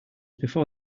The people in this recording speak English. before